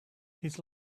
his